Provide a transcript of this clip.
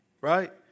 right